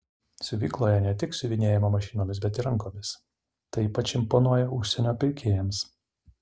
siuvykloje ne tik siuvinėjama mašinomis bet ir rankomis tai ypač imponuoja užsienio pirkėjams